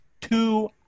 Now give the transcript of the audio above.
two